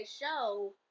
show